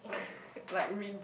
like ring book